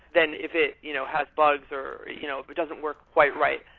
then if it you know has bugs or you know if it doesn't work quite right,